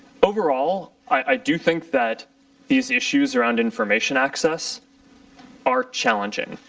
overall, i do think that these issues around information access are challenging.